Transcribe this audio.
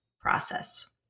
process